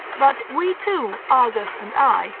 but we two, argus and i,